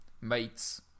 mates